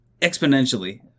exponentially